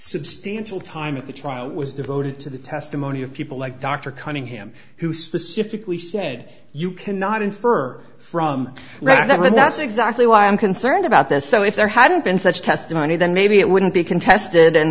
substantial time of the trial was devoted to the testimony of people like dr cunningham who specifically said you cannot infer from reading that but that's exactly why i'm concerned about this so if there hadn't been such testimony then maybe it wouldn't be contested and